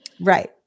Right